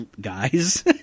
guys